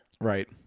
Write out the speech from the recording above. right